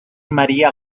maria